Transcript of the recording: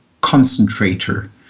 concentrator